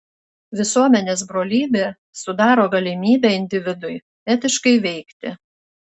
visuomenės brolybė sudaro galimybę individui etiškai veikti